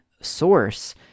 source